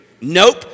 Nope